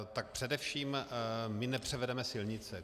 Tak především my nepřevedeme silnice.